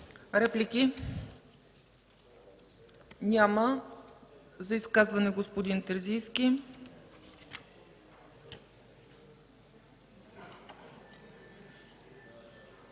Реплики? Няма. За изказване – господин Терзийски.